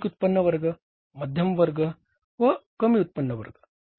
अधिक उत्पन्न वर्ग मध्यम उत्पन्न वर्ग व कमी उत्पन्न वर्ग